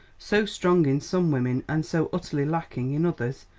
so strong in some women and so utterly lacking in others,